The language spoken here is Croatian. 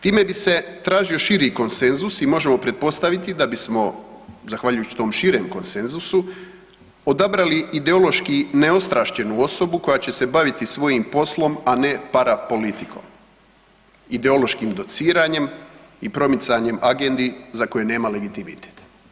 Time bi se tražio širi konsenzus i možemo pretpostaviti da bismo zahvaljujući tom širem konsenzusu odabrali ideološki neostrašćenu osobu koja će se baviti svojim poslom, a ne para politikom, ideološkim dociranjem i promicanjem agendi za koje nema legitimitet.